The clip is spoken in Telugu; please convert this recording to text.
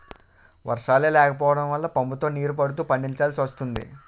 వర్షాలే లేకపోడం వల్ల పంపుతో నీరు పడుతూ పండిచాల్సి వస్తోంది